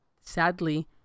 sadly